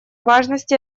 важности